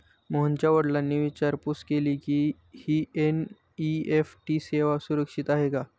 मोहनच्या वडिलांनी विचारपूस केली की, ही एन.ई.एफ.टी सेवा सुरक्षित आहे का?